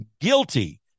Guilty